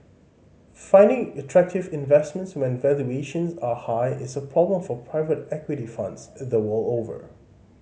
finding attractive investments when valuations are high is a problem for private equity funds the world over